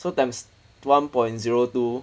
so times one point zero two